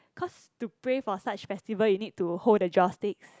cause to pray for such festival you need to hold the joss sticks